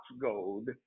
gold